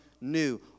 new